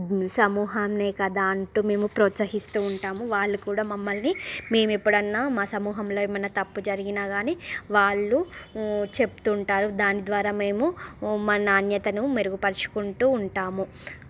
సమూహాన్నే కదా అంటూ మేము ప్రోత్సహిస్తూ ఉంటాము వాళ్ళు కూడా మమ్మల్ని మేము ఎప్పుడన్నా మా సమూహంలో ఏమన్నా తప్పు జరిగినా కాని వాళ్ళు చెప్తూ ఉంటారు దాని ద్వారా మేము మా నాణ్యతను మెరుగుపరచుకుంటూ ఉంటాము